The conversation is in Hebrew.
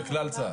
בכלל צה"ל.